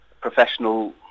professional